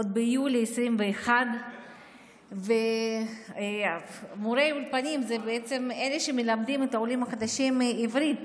עוד ביולי 2021. מורי אולפנים הם אלה שמלמדים את העולים החדשים עברית.